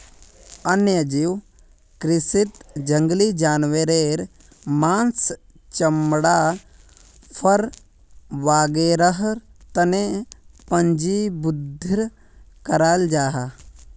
वन्यजीव कृषीत जंगली जानवारेर माँस, चमड़ा, फर वागैरहर तने पिंजरबद्ध कराल जाहा